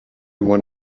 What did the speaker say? one